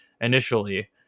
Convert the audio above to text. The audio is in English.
initially